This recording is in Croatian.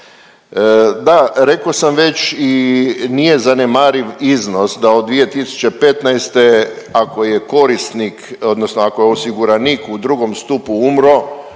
Da, rekao sam već i nije zanemariv iznos da od 2015., ako je korisnik, odnosno ako je osiguranik u drugom stupu umro,